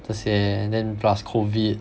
这些 then plus COVID